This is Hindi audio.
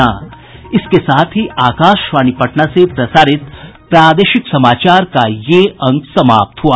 इसके साथ ही आकाशवाणी पटना से प्रसारित प्रादेशिक समाचार का ये अंक समाप्त हुआ